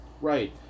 right